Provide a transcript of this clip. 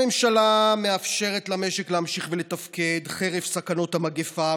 הממשלה מאפשרת למשק להמשיך לתפקד חרף סכנות המגפה,